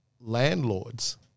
landlords